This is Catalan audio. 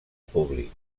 públic